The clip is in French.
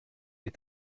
est